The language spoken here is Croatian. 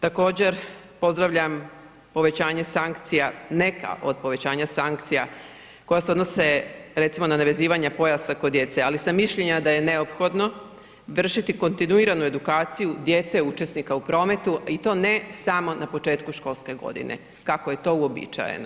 Također, pozdravljam povećanje sankcija, neka od povećanja sankcija koja se odnose recimo na nevezivanje pojasa kod djece, ali sam mišljenja da je neophodno vršiti kontinuiranu edukaciju djece učesnika u prometu i to ne samo na početku školske godine kako je to uobičajeno.